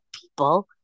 people